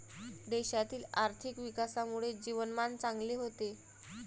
देशातील आर्थिक विकासामुळे जीवनमान चांगले होते